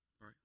Right